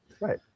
Right